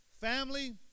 family